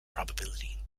probability